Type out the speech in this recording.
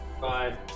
bye